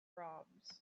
proms